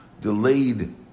delayed